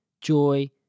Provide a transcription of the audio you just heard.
joy